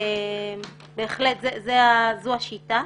בהחלט, זו השיטה.